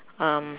um